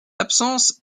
absence